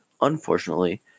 Unfortunately